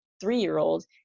three-year-old